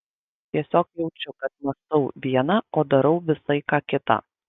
tiesiog jaučiu kad mąstau viena o darau visai ką kita